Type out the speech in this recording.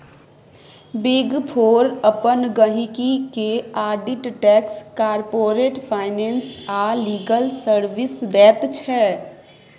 big four अपन गहिंकी केँ आडिट टैक्स, कारपोरेट फाइनेंस आ लीगल सर्विस दैत छै